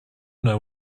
know